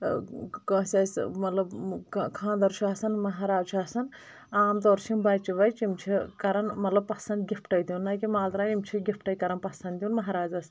کٲنٛسہِ آسہِ مطلب خانٛدر چھُ آسان مہراز چھُ آسان عام طور چھِ یِم بچہٕ وچہٕ یِم چھِ کران مطلب پسنٛد گفٹٕے دِیُن نہ کہِ مال تراوٕنۍ یِم چھِ گفٹَے کران پسنٛد دِیُن مہرازس